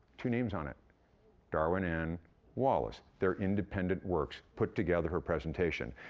two names on it darwin and wallace their independent works put together for presentation.